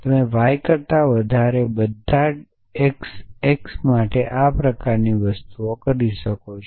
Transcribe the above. તમે y કરતા વધારે બધા xx માટે આ પ્રકારની વસ્તુઓ કરી શકો છો